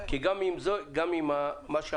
כי גם עם מה שאמרת,